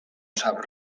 sap